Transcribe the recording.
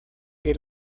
que